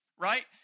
Right